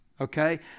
Okay